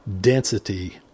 density